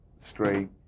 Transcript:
straight